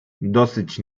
dosyć